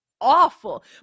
awful